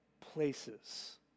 places